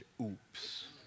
oops